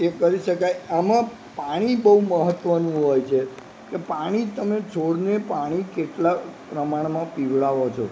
એ કરી શકાય આમાં પાણી બહુ મહત્વનું હોય છે કે પાણી તમે છોડને પાણી કેટલા પ્રમાણમાં પીવડાવો છો